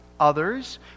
others